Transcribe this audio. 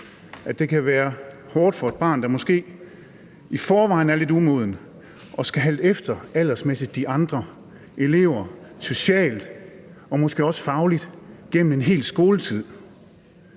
at det kan være hårdt for et barn, der måske i forvejen er lidt umoden, aldersmæssigt at skulle halte efter de andre elever socialt og måske også fagligt gennem en helt skoletid.